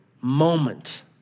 moment